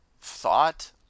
thought